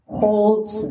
holds